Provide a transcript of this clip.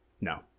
No